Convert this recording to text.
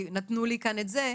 כי נתנו לי כאן את זה,